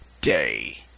day